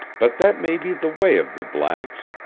but that may be the way of the blacks.